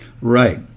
Right